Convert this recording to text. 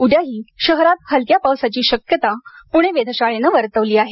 उद्याही शहरात हलक्या पावसाची शक्यता पुणे वेधशाळेनं वर्तवली आहे